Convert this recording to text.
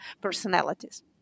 personalities